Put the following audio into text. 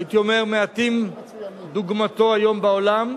והייתי אומר, מעטים דוגמתו היום בעולם,